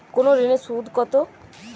কোন ঋণে কত সুদ?